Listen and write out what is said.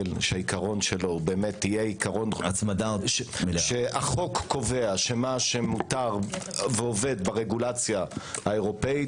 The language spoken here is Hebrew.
שהעיקרון שלו - שהחוק קובע שמה שמותר ועובד ברגולציה האירופאית,